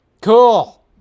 cool